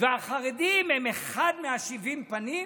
החרדים הם אחד משבעים הפנים?